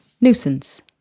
Nuisance